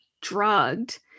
drugged